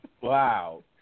Wow